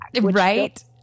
Right